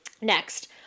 Next